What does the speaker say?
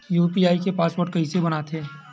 UPI के password कइसे बनाथे?